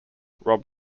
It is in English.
rob